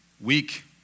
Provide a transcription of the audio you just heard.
weak